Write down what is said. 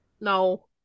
No